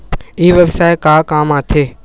ई व्यवसाय का काम आथे?